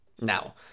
Now